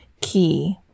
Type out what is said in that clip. key